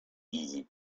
easy